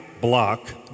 block